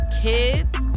kids